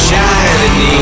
Shining